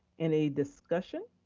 any discussion?